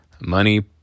Money